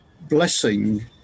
blessing